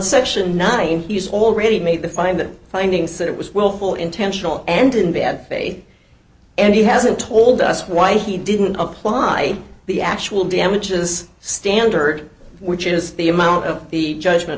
section nine he's already made to find that finding said it was willful intentional and in bad day and he hasn't told us why he didn't apply the actual damages standard which is the amount of the judgment